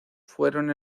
fueron